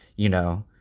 you know,